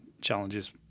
challenges